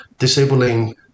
disabling